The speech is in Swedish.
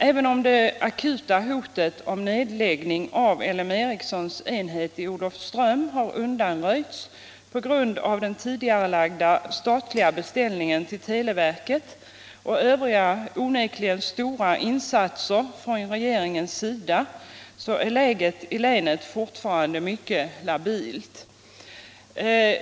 Även om det akuta hotet om nedläggning av L M Ericssons enhet i Olofström har undanröjts på grund av den tidigarelagda statliga beställningen till televerket och övriga, onekligen stora insatser från regeringens sida, är läget i länet fortfarande mycket labilt.